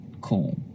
cool